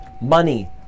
money